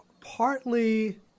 partly